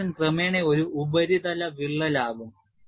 intrusion ക്രമേണ ഒരു ഉപരിതല വിള്ളലാകും